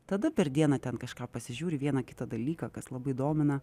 tada per dieną ten kažką pasižiūri vieną kitą dalyką kas labai domina